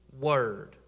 word